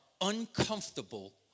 uncomfortable